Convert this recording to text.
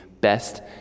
best